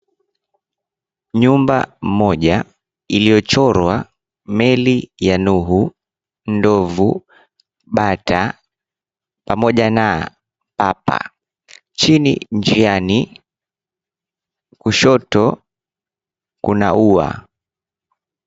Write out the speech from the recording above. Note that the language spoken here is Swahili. Nyumba moja iliyochorwa meli ya nuhu, ndovu, bata pamoja na papa. Chini njiani kushoto kuna ua.